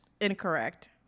Incorrect